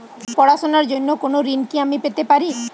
পড়াশোনা র জন্য কোনো ঋণ কি আমি পেতে পারি?